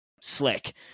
slick